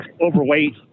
overweight